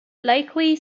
likely